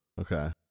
okay